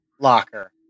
locker